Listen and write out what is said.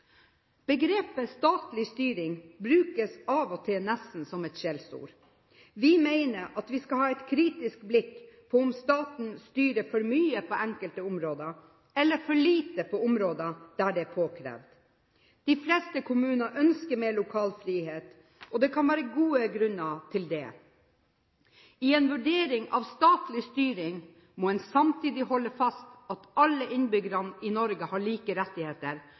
Begrepet «statlig styring» brukes av og til nesten som et skjellsord. Vi mener at vi skal ha et kritisk blikk på om staten styrer for mye på enkelte områder, eller for lite på områder der det er påkrevd. De fleste kommuner ønsker mer lokal frihet, og det kan være gode grunner til det. I en vurdering av statlig styring må en samtidig holde fast ved at alle innbyggerne i Norge har like rettigheter,